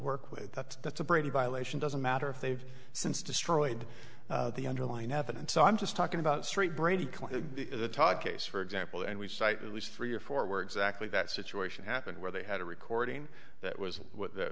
work with that that's a brady violation doesn't matter if they've since destroyed the underline evidence so i'm just talking about straight brady clearly the top case for example and we cite at least three or four where exactly that situation happened where they had a recording that was what th